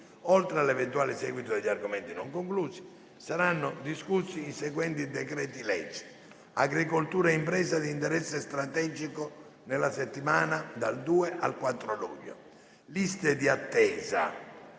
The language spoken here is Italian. oltre all'eventuale seguito degli argomenti non conclusi, saranno discussi i seguenti decreti-legge: agricoltura e imprese di interesse strategico, nella settimana dal 2 al 4 luglio; liste di attesa,